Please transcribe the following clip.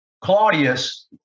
Claudius